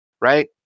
right